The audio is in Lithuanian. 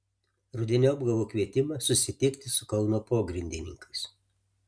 rudeniop gavau kvietimą susitikti su kauno pogrindininkais